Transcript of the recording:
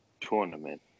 tournament